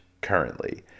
currently